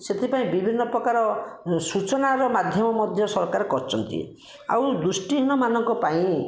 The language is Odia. ସେଥିପାଇଁ ବିଭିନ୍ନ ପ୍ରକାର ସୂଚନାର ମାଧ୍ୟମ ମଧ୍ୟ ସରକାର କରିଛନ୍ତି ଆଉ ଦୃଷ୍ଟିହୀନମାନଙ୍କ ପାଇଁ